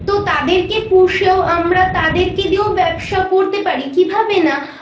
তো তাদেরকে পুষেও আমরা তাদেরকে দিয়েও ব্যবসা করতে পারি কীভাবে না